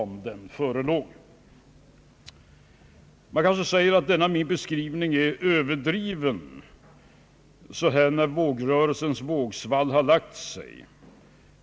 Man kanske säger att denna min beskrivning är överdriven så här när valrörelsens vågsvall har lagt sig.